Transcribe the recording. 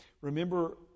remember